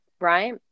Right